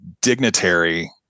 dignitary